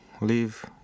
leave